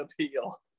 appeal